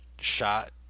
shot